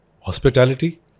hospitality